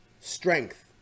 strength